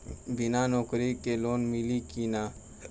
बिना नौकरी के लोन मिली कि ना?